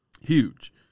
huge